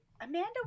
Amanda